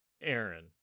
Aaron